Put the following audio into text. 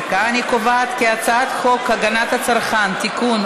אני קובעת כי הצעת חוק הגנת הצרכן (תיקון,